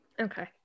Okay